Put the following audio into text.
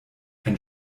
ein